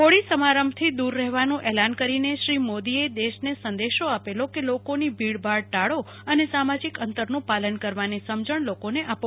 હોળી સમારંભથી દૂર રહેવાનુ એલાન કરીને શ્રી મોદી એ દેશને સંદેશો આપેલો કે લોકોની ભીડભાડ ટાળો અને સામાજિક અંતરનું પાલન કરવાની સમજણ લોકોને આપો